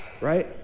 right